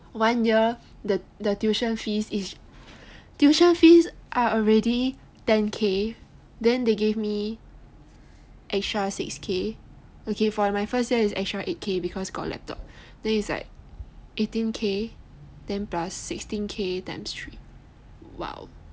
one year the tuition fees are already ten k then they gave me extra six k okay for my first year is extra eight k cause got laptop then it's like eighteen k then plus like sixteen k times three !wow!